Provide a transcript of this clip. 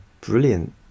brilliant